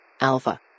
Alpha